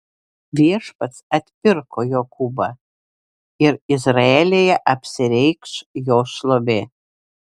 viešpats atpirko jokūbą ir izraelyje apsireikš jo šlovė